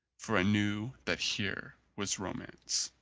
for i knew that here was romance.